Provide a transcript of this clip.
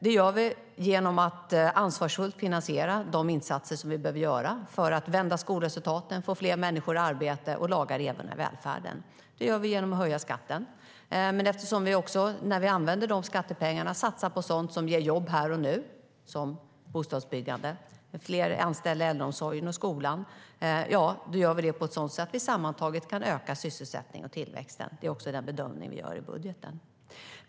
Det gör vi genom att ansvarsfullt finansiera de insatser som vi behöver göra för att vända skolresultaten, få fler människor i arbete och laga revorna i välfärden. Det gör vi genom att höja skatten, och när vi använder de skattepengarna satsar vi på sådant som ger jobb här och nu, såsom bostadsbyggande och fler anställda i äldreomsorgen och skolan. Det gör att vi sammantaget kan öka sysselsättningen och tillväxten. Det är den bedömning vi gör även i budgeten.